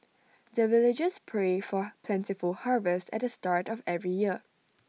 the villagers pray for plentiful harvest at the start of every year